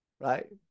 right